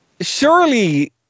surely